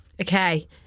Okay